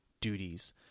duties